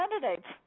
candidates